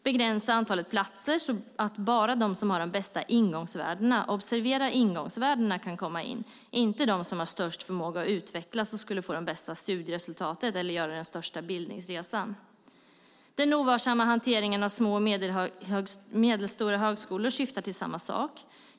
Begränsa antalet platser så att bara de som har de bästa ingångsvärdena, observera ingångsvärdena, kan komma in och inte de som har störst förmåga att utvecklas och skulle få det bästa studieresultatet eller göra den största bildningsresan. Den ovarsamma hanteringen av små och medelstora högskolor syftar till samma sak.